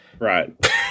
Right